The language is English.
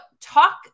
talk